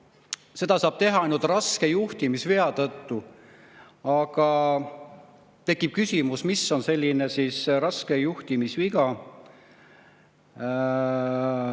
seda saab teha ainult raske juhtimisvea tõttu. Aga tekib küsimus, mis on raske juhtimisviga.